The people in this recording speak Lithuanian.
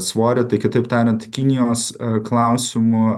svorio tai kitaip tariant kinijos a klausimu